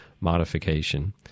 modification